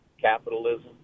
capitalism